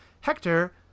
Hector